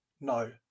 no